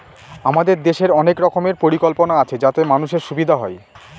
আমাদের দেশের অনেক রকমের পরিকল্পনা আছে যাতে মানুষের সুবিধা হয়